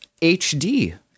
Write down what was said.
HD